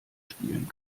spielen